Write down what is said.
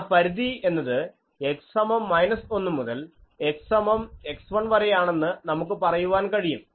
ആ പരിധി എന്നത് x സമം 1 മുതൽ x സമം x1 വരെയാണെന്ന് നമുക്ക് പറയുവാൻ കഴിയും